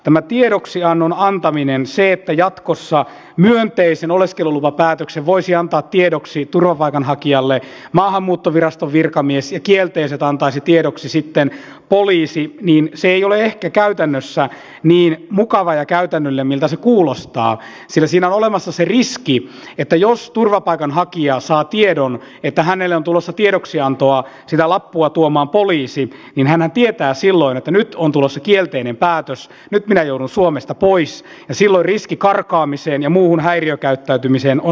tämä tiedoksiannon antaminen se että jatkossa myönteisen oleskelulupapäätöksen voisi antaa tiedoksi turvapaikanhakijalle maahanmuuttoviraston virkamies ja kielteiset antaisi tiedoksi sitten poliisi ei ole ehkä käytännössä niin mukava ja käytännöllinen miltä se kuulostaa sillä siinä on olemassa se riski että jos turvapaikanhakija saa tiedon että hänelle on tulossa tiedoksiantoa sitä lappua tuomaan poliisi niin hänhän tietää silloin että nyt on tulossa kielteinen päätös nyt minä joudun suomesta pois ja silloin riski karkaamiseen ja muuhun häiriökäyttäytymiseen on olemassa